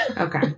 Okay